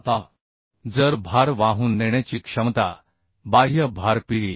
आता जर भार वाहून नेण्याची क्षमता बाह्य भार Pd